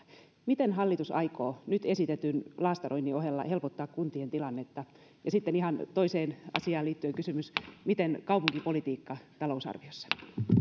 miten hallitus aikoo nyt esitetyn laastaroinnin ohella helpottaa kuntien tilannetta ja sitten ihan toiseen asiaan liittyen kysymys miten kaupunkipolitiikka talousarviossa